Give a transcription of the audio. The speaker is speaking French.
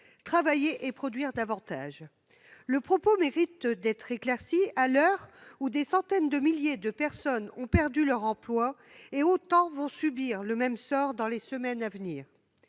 travailler et produire davantage ». Le propos mériterait d'être éclairci, à l'heure où des centaines de milliers de personnes ont perdu leur emploi, sachant qu'autant vont subir le même sort dans les semaines à venir.